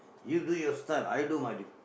you do your style I do my different